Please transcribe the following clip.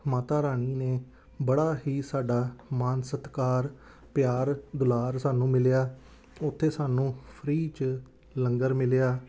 ਮਾਤਾ ਰਾਣੀ ਨੇ ਬੜਾ ਹੀ ਸਾਡਾ ਮਾਣ ਸਤਿਕਾਰ ਪਿਆਰ ਦੁਲਾਰ ਸਾਨੂੰ ਮਿਲਿਆ ਉੱਥੇ ਸਾਨੂੰ ਫ੍ਰੀ 'ਚ ਲੰਗਰ ਮਿਲਿਆ